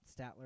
Statler